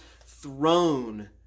throne